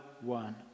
one